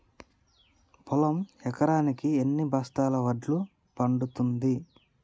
పొలం ఎకరాకి ఎన్ని బస్తాల వడ్లు పండుతుంది?